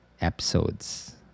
episodes